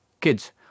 kids